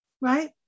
right